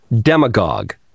Demagogue